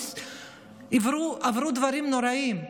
שעברו דברים נוראיים,